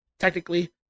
technically